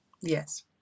Yes